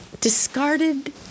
discarded